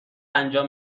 انجام